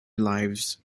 lives